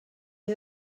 you